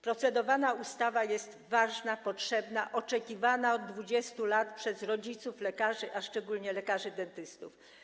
Procedowana ustawa jest ważna, potrzebna, oczekiwana od 20 lat przez rodziców, lekarzy, a szczególnie lekarzy dentystów.